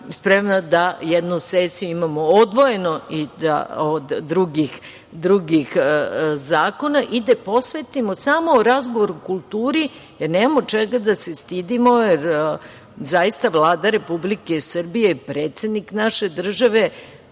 da jednu sesiju imamo odvojeno od drugih zakona i da je posvetimo samo razgovoru o kulturi, jer nemamo čega da se stidimo, jer zaista Vlada Republike Srbije, predsednik naše države,